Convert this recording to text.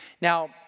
Now